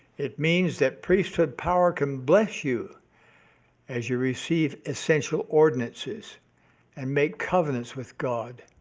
it means that priesthood power can bless you as you receive essential ordinances and make covenants with god